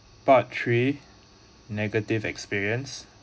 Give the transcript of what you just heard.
part three negative experience